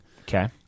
Okay